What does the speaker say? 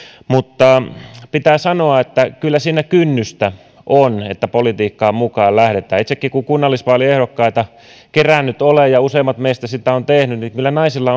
mutta pitää sanoa että kyllä siinä kynnystä on että politiikkaan mukaan lähdetään itsekin kun kunnallisvaaliehdokkaita olen kerännyt ja useimmat meistä ovat sitä tehneet niin kyllä naisilla